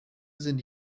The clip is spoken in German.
sind